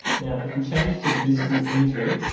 now if we change to the visible imagery